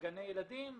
בגני ילדים,